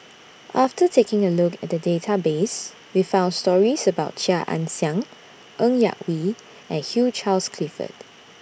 after taking A Look At The Database We found stories about Chia Ann Siang Ng Yak Whee and Hugh Charles Clifford